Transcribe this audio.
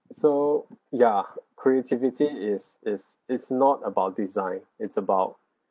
so yeah creativity is is is not about design it's about